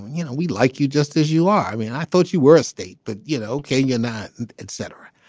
you know we like you just as you are. i mean i thought you were a state but you know kenya not and etc.